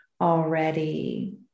already